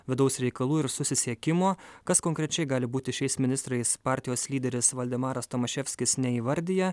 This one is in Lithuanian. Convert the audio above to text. vidaus reikalų ir susisiekimo kas konkrečiai gali būti šiais ministrais partijos lyderis valdemaras tomaševskis neįvardija